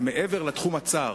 מעבר לתחום הצר,